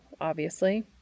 obviously